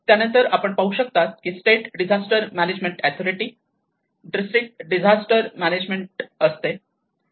त्यानंतर आपण पाहू शकता की state disaster management authority district disaster management असते